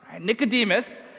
Nicodemus